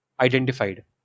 identified